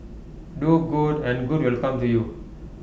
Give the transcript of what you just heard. do good and good will come to you